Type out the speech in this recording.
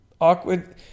awkward